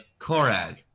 Korag